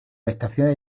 estaciones